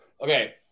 Okay